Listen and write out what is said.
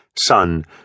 Son